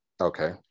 okay